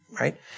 right